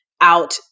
out